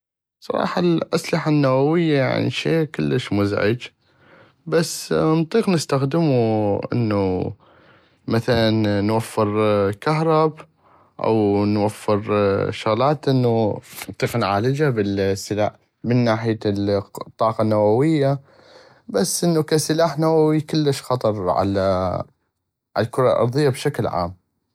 بصراحة الاسلحة النووية يعني شي كلش مزعج بس نطيق نستخدمو انو مثلا نوفر كهرب او نوفر شغلات انو نطيق نعالجها بل السلا من ناحية الطاقة النووية بس انو كسلاح نووي كلش خطر على على الكرة الارضية بشكل عام.